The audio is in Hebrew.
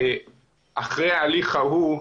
אחרי ההליך ההוא,